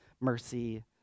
mercy